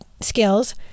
skills